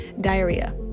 diarrhea